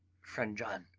friend john,